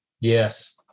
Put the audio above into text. yes